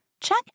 check